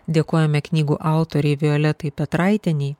dėkojame knygų autorei violetai petraitienei